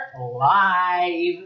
live